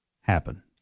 happen